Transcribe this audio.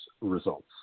results